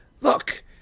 Look